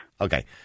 Okay